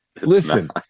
listen